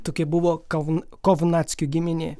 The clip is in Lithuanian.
tokia buvo kovn kovnackių giminė